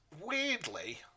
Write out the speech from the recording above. weirdly